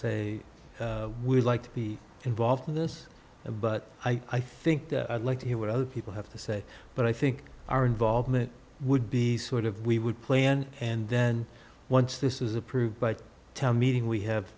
say we'd like to be involved in this but i think i'd like to hear what other people have to say but i think our involvement would be sort of we would plan and then once this is approved but tell meeting we have